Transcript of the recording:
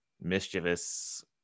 mischievous